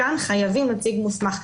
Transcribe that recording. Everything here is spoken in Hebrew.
כאן חייבים נציג מוסמך,